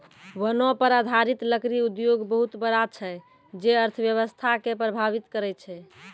वनो पर आधारित लकड़ी उद्योग बहुत बड़ा छै जे अर्थव्यवस्था के प्रभावित करै छै